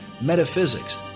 Metaphysics